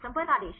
संपर्क आदेश